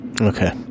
Okay